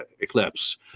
Eclipse